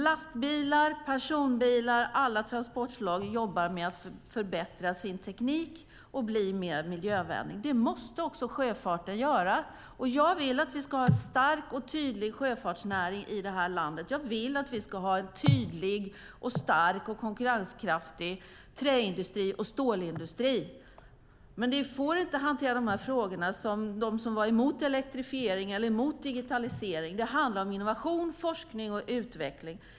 Lastbilar, personbilar och alla transportslag jobbar med att förbättra sin teknik och bli mer miljövänliga. Det måste också sjöfarten göra. Jag vill att vi ska ha en stark och tydlig sjöfartsnäring i detta land. Jag vill att vi ska ha en tydlig, stark och konkurrenskraftig träindustri och stålindustri. Men vi får inte hantera de här frågorna som de som var emot elektrifiering eller emot digitalisering gjorde. Det handlar om innovation, forskning och utveckling.